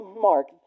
Mark